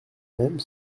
même